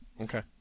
Okay